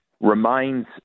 remains